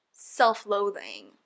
self-loathing